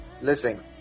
listen